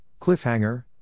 Cliffhanger